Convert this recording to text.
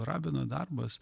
rabino darbas